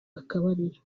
akabariro